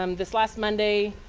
um this last monday,